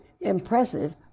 impressive